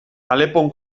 alepon